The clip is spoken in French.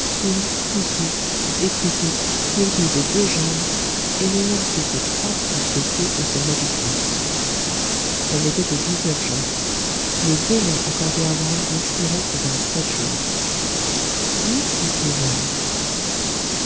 éclopé fourbu des deux jambes et n'ayant plus que trois pouces de queue au sommet du crâne on était au juin le délai accordé à wang n'expirait que dans sept jours où était wang